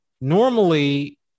normally